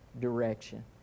direction